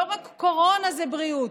לא רק קורונה זה בריאות.